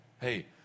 hey